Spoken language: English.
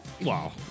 Wow